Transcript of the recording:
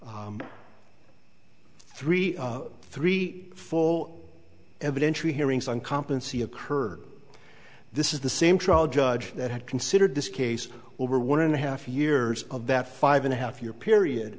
d three three full evidentiary hearings on competency occurred this is the same trial judge that had considered this case over one and a half years of that five and a half year period